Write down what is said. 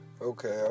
Okay